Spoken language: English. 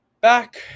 back